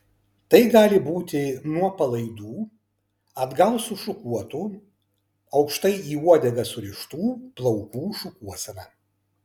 tai gali būti nuo palaidų atgal sušukuotų aukštai į uodegą surištų plaukų šukuosena